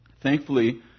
Thankfully